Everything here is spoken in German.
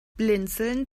blinzeln